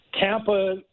Tampa